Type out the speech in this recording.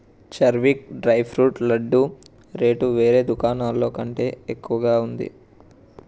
చర్విక్ dry fruit laddu rate వేరే దుకాణాల్లో కంటే ఎక్కువగా ఉంది